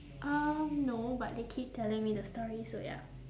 um no but they keep telling me the story so ya